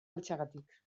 galtzegatik